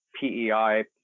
PEI